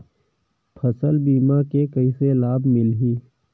फसल बीमा के कइसे लाभ मिलही?